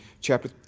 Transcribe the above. chapter